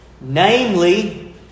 Namely